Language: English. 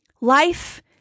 Life